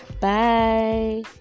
bye